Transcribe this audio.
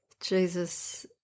Jesus